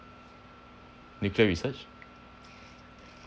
nuclear research